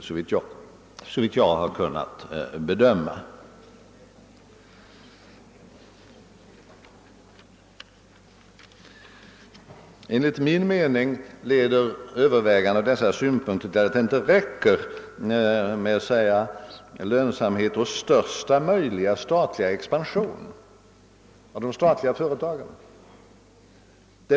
Enligt min mening leder dessa synpunkter övervägande till att det inte räcker med att söka åstadkomma lönsamhet och största möjliga expansion för de statliga företagen.